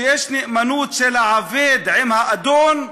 שיש נאמנות של העובד לאדון,